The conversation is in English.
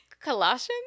Colossians